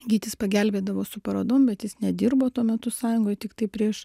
gytis pagelbėdavo su parodom bet jis nedirbo tuo metu sąjungoj tiktai prieš